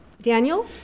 Daniel